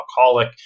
alcoholic